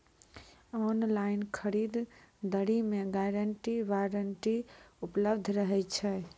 Online खरीद दरी मे गारंटी वारंटी उपलब्ध रहे छै?